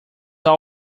all